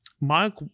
Mike